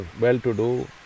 well-to-do